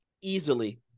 Easily